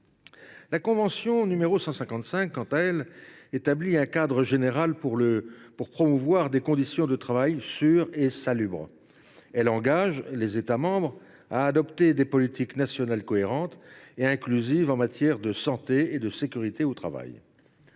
La convention n° 155 vise à établir un cadre général pour promouvoir des conditions de travail sûres et salubres. Elle engage les États membres à adopter des politiques nationales cohérentes et inclusives en matière de santé et de sécurité au travail.